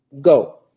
go